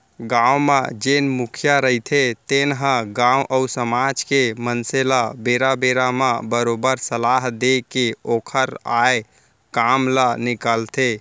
गाँव म जेन मुखिया रहिथे तेन ह गाँव अउ समाज के मनसे ल बेरा बेरा म बरोबर सलाह देय के ओखर आय काम ल निकालथे